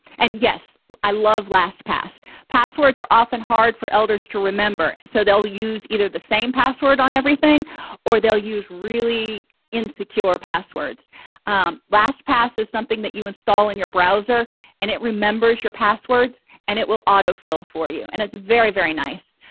and yes i love lastpass passwords are often hard for elders to remember so they'll use either the same password on everything or they'll use really insecure passwords lastpass is something that you install in your browser and it remembers your passwords and it will autofill for you and it's very very nice